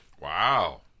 Wow